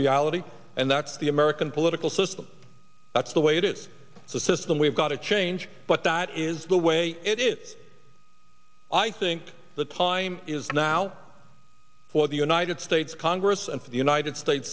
reality and that's the american political system that's the way it is so system we've got to change but that is the way it is i think the time is now for the united states congress and for the united states